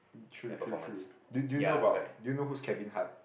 true true true do do you know about do you know who's Kevin-Hart